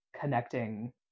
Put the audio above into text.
connecting